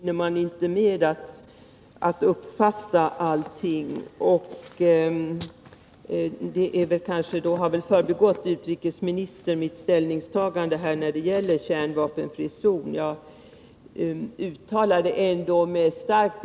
Herr talman! Det är naturligtvis väldigt lätt hänt att man i en sådan här lång debatt inte hinner med att uppfatta allting. Mitt ställningstagande till en kärnvapenfri zon har kanske förbigått utrikesministern.